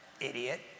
idiot